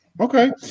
Okay